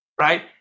right